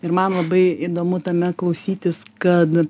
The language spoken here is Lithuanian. ir man labai įdomu tame klausytis kad